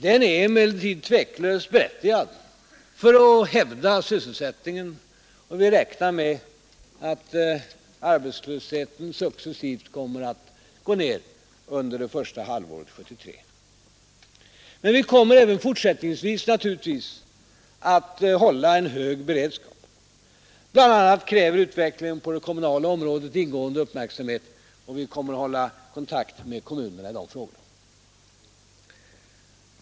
Den är emellertid tveklöst berättigad för att hävda sysselsättningen, och vi räknar med att arbetslösheten successivt kommer att gå ner under det första halvåret 1973. Vi kommer naturligtvis även fortsättningsvis att hålla en hög bered skap. Bl.a. kräver utvecklingen på det kommunala området ingående uppmärksamhet, och vi kommer att hålla löpande kontakt med kommunförbunden i dessa frågor.